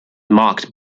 marked